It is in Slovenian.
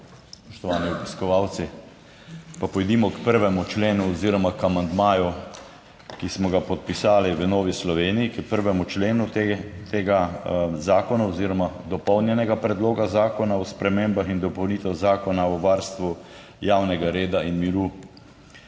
Pa pojdimo k 1. členu oziroma k amandmaju, ki smo ga podpisali v Novi Sloveniji, k 1. členu tega zakona oziroma dopolnjenega predloga zakona o spremembah in dopolnitvah Zakona o varstvu javnega reda in miru.